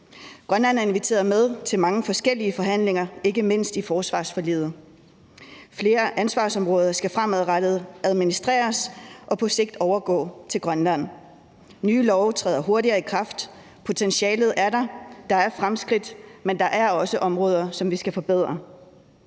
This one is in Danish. Grønland er inviteret med til mange forskellige forhandlinger, ikke mindst i forsvarsforliget. Flere ansvarsområder skal fremadrettet administreres af og på sigt overgå til Grønland. Nye love træder hurtigere i kraft. Potentialet er der, og der er fremskridt, men der er også områder, som vi skal forbedre.